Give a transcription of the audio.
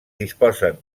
disposen